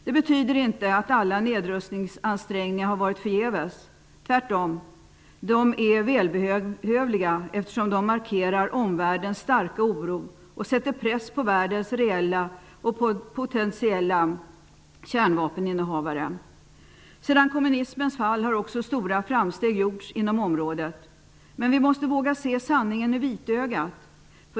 Det betyder inte att alla nedrustningsansträngningar har varit förgäves. Tvärtom, de är välbehövliga, eftersom de markerar omvärldens starka oro och sätter press på världens reella och potentiella kärnvapeninnehavare. Sedan kommunismens fall har också stora framsteg gjorts inom området. Men vi måste våga se sanningen i vitögat.